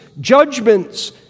judgments